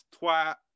twat